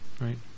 Right